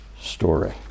story